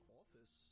office